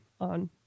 on